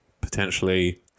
potentially